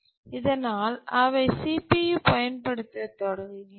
இதனால் அவை CPU பயன்படுத்த தொடங்குகின்றன